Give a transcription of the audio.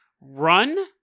run